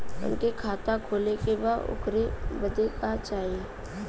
हमके खाता खोले के बा ओकरे बादे का चाही?